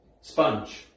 sponge